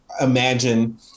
imagine